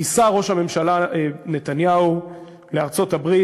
ייסע ראש הממשלה נתניהו לארצות-הברית,